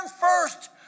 first